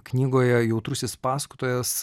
knygoje jautrusis pasakotojas